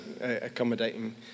accommodating